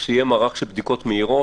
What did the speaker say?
תהיה רגוע,